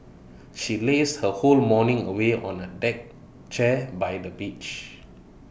she lazed her whole morning away on A deck chair by the beach